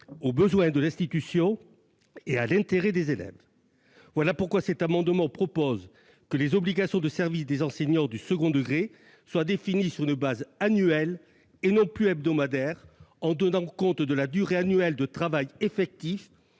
aux besoins de l'institution et à l'intérêt des élèves. Il vise à définir les obligations de service des enseignants du second degré sur une base annuelle et non plus hebdomadaire, en tenant compte de la durée annuelle de travail effectif